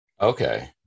Okay